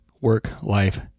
work-life